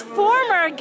former